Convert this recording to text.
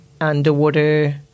underwater